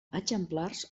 exemplars